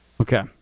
Okay